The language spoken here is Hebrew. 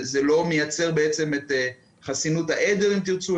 זה לא מייצר את "חסינות העדר" אם תרצו,